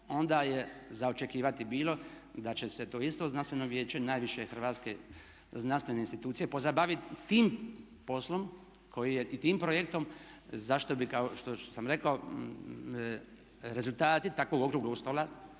onda je za očekivati bilo da će se to isto znanstveno vijeće najviše hrvatske znanstvene institucije pozabavit tim poslom koji je i tim projektom zašto bi kao što sam rekao rezultati takvog okruglog stola,